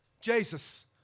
Jesus